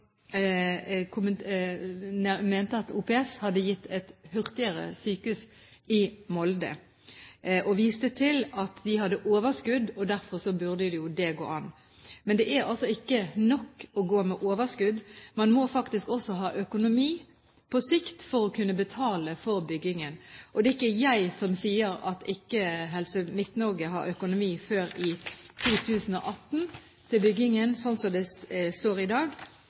jeg bare komme med en kommentar til Per Arne Olsen, som mente at OPS hadde gitt et sykehus i Molde hurtigere. Han viste til at Helse Midt-Norge hadde overskudd, og at det derfor burde gå an. Men det er altså ikke nok å gå med overskudd. Man må faktisk også ha økonomi på sikt for å kunne betale for byggingen. Og det er ikke jeg som sier at ikke Helse Midt-Norge har økonomi før i 2018 til byggingen, sånn som det står i dag